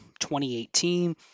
2018